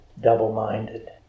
double-minded